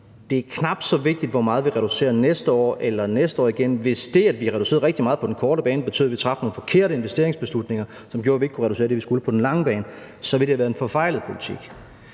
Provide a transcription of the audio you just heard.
Det er knap så vigtigt, hvor meget vi reducerer næste år eller næste år igen. Hvis det, at vi har reduceret rigtig meget på den korte bane, betød, at vi traf nogle forkerte investeringsbeslutninger, som gjorde, at vi ikke kunne reducere det, vi skulle på den lange bane, ville det have været en forfejlet politik.